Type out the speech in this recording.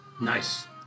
Nice